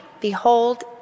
behold